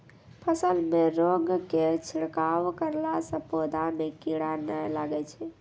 फसल मे रोगऽर के छिड़काव करला से पौधा मे कीड़ा नैय लागै छै?